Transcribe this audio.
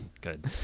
good